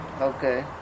Okay